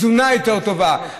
תזונה יותר טובה.